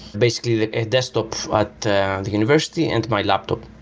basically a desktop at the university and my laptop.